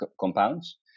compounds